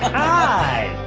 hi!